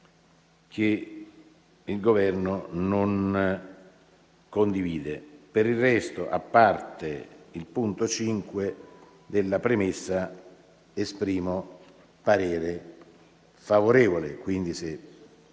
che il Governo non condivide. Per il resto, ripeto, a parte il punto 5 della premessa, esprimo parere favorevole.